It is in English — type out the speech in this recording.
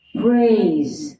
praise